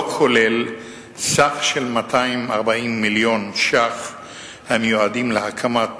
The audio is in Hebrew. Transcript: לא כולל סכום של כ-240 מיליון שקלים המיועדים להקמת